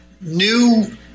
new